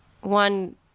one